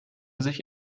sich